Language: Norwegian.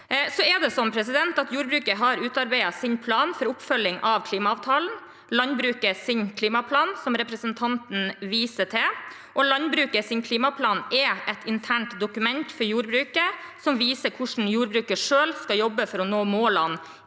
jordbruksforhandlingene i år. Jordbruket har utarbeidet sin plan for oppfølging av klimaavtalen, Landbrukets klimaplan, som representanten viser til. Landbrukets klimaplan er et internt dokument for jordbruket som viser hvordan jordbruket selv skal jobbe for å nå målene